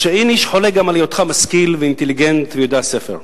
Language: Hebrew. אין איש חולק גם על היותך משכיל ואינטליגנט ויודע ספר.